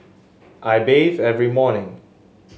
I bathe every morning